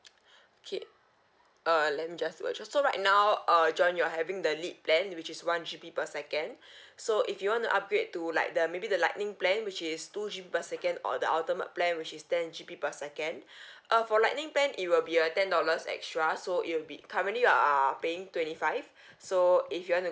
okay err let me just do a so right now uh john you are having the lite plan which is one G_B per second so if you want to upgrade to like the maybe the lightning plan which is two G_B per second or the ultimate plan which is ten G_B per second uh for lightning plan it will be a ten dollars extra so it will be currently you are paying twenty five so if you want to